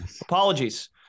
apologies